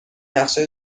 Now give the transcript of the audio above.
نقشه